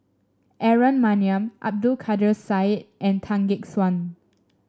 Aaron Maniam Abdul Kadir Syed and Tan Gek Suan